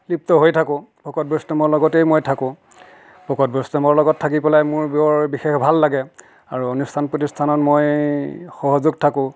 লিপ্ত হৈ থাকোঁ ভকত বৈষ্ণৱৰ লগতেই মই থাকোঁ ভকত বৈষ্ণৱৰ লগত থাকি পেলাই মোৰ বৰ বিশেষ ভাল লাগে আৰু অনুষ্ঠান প্ৰতিষ্ঠানত মই সহযোগ থাকোঁ